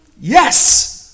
Yes